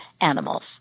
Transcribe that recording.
animals